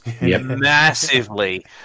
massively